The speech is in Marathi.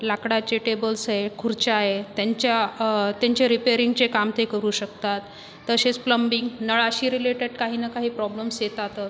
लाकडाचे टेबल्स आहे खुर्च्या आहे त्यांच्या त्यांचे रिपेरिंगचे काम ते करू शकतात तसेच प्लंबिंग नळाशी रिलेटेट काही ना काही प्रॉब्लम्स् येतातच